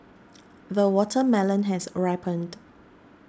the watermelon has ripened